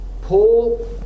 Paul